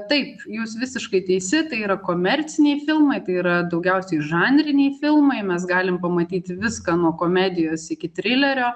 taip jūs visiškai teisi tai yra komerciniai filmai tai yra daugiausiai žanriniai filmai mes galim pamatyti viską nuo komedijos iki trilerio